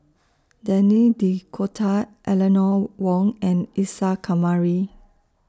Denis D'Cotta Eleanor Wong and Isa Kamari